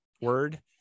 word